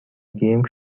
game